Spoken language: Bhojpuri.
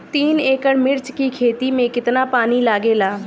तीन एकड़ मिर्च की खेती में कितना पानी लागेला?